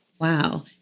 Wow